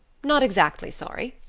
not exactly sorry.